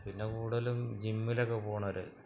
പിന്നെ കൂടുതലും ജിമ്മിലൊക്കെ പോകുന്നവര്